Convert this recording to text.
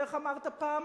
איך אמרת פעם?